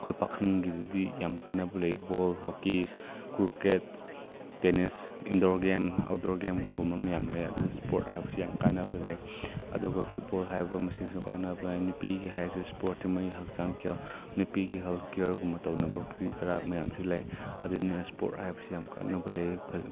ꯑꯩꯈꯣꯏ ꯄꯥꯈꯪꯒꯤꯗꯗꯤ ꯌꯥꯝ ꯀꯥꯟꯅꯕ ꯂꯩ ꯕꯣꯜ ꯍꯣꯛꯀꯤꯁ cricket tennis indoor game outdoor ꯒꯦꯝꯒꯨꯝꯕ ꯃꯌꯥꯝ ꯂꯩ ꯑꯗꯨ ꯁ꯭ꯄꯣꯔꯠ ꯍꯥꯏꯕꯁꯤ ꯌꯥꯝ ꯀꯥꯟꯅꯕ ꯂꯩ ꯑꯗꯨꯒ ꯐꯨꯠꯕꯣꯜ ꯍꯥꯏꯕ ꯃꯁꯤꯁꯨ ꯀꯥꯟꯅꯕ ꯅꯨꯄꯤꯒꯤ ꯍꯥꯏꯔꯁꯨ ꯁ꯭ꯄꯣꯔꯠꯇꯤ ꯃꯣꯏꯒꯤ ꯍꯛꯆꯥꯡ ꯀꯌꯥ ꯅꯨꯄꯤꯒꯤ ꯍꯦꯜꯠ ꯀꯤꯌꯔꯒꯨꯝꯕ ꯇꯧꯅꯕ ꯀꯔꯤ ꯀꯔꯥ ꯃꯌꯥꯝꯁꯨ ꯂꯩ ꯑꯗꯨꯅ ꯁ꯭ꯄꯣꯔꯠ ꯍꯥꯏꯕꯁꯤ ꯌꯥꯝ ꯀꯥꯟꯅꯕ ꯂꯩ